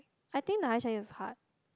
I think the higher Chinese was hard